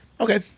Okay